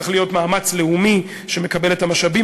צריך להיות מאמץ לאומי שמקבל את המשאבים